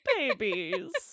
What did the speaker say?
Babies